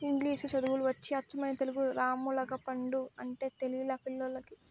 ఇంగిలీసు చదువులు వచ్చి అచ్చమైన తెలుగు రామ్ములగపండు అంటే తెలిలా పిల్లోల్లకి